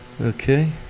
Okay